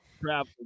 travel